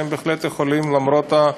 הם בהחלט יכולים, למרות,